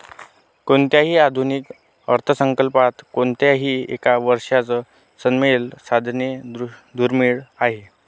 कोणत्याही आधुनिक अर्थसंकल्पात कोणत्याही एका वर्षात समतोल साधणे दुर्मिळ आहे